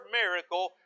miracle